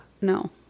No